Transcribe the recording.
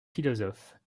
philosophes